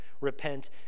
Repent